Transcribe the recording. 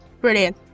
Brilliant